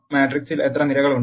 മാട്രിക്സിൽ എത്ര നിരകൾ ഉണ്ട്